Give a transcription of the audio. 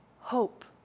hope